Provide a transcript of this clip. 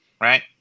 Right